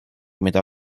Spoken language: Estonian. mida